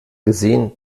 gesehen